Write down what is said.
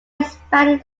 expanded